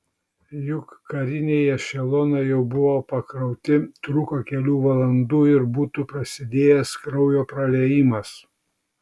juk kariniai ešelonai jau buvo pakrauti trūko kelių valandų ir būtų prasidėjęs kraujo praliejimas